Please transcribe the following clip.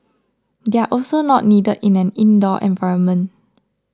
they are also not needed in an indoor environment